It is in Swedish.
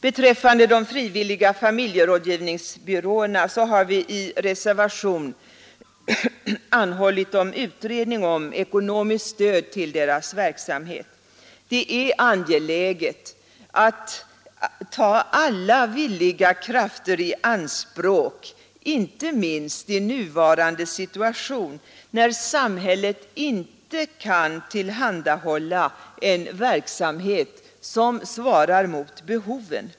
Beträffande de frivilliga familjerådgivningsbyråerna har vi i reservation anhållit om utredning om ekonomiskt stöd till deras verksamhet. Det är angeläget att ta alla villiga krafter i anspråk inte minst i nuvarande situation, när samhället inte kan tillhandahålla en verksamhet som svarar mot behoven.